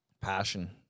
Passion